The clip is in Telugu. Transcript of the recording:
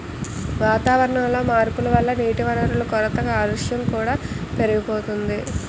వాతావరణంలో మార్పుల వల్ల నీటివనరుల కొరత, కాలుష్యం కూడా పెరిగిపోతోంది